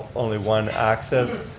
only one access.